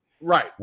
Right